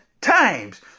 times